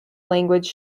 language